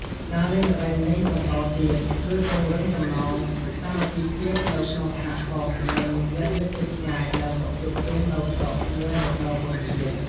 ការលេងល្បែងនេះបន្តទៀត ជួយពង្រឹងចំណងសាមគ្គីភាពនៅក្នុងសហគមន៍ និងញាតិមិត្តជិតឆ្ងាយដែលមកជួបជុំនៅស្រុកនារដូវបុណ្យជាតិ។